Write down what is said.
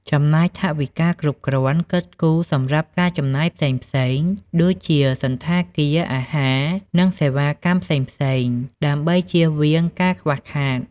ចំណាយថវិកាគ្រប់គ្រាន់ គិតគូរសម្រាប់ការចំណាយផ្សេងៗ ដូចជាសណ្ឋាគារ អាហារ និងសេវាកម្មផ្សេងៗ ដើម្បីជៀសវាងការខ្វះខាត។